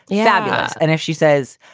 yeah fabulous. and if she says,